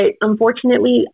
unfortunately